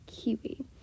kiwi